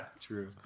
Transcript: true